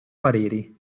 pareri